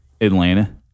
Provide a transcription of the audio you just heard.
Atlanta